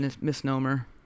misnomer